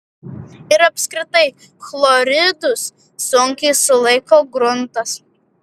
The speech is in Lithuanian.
ir apskritai chloridus sunkiai sulaiko gruntas